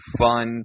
fun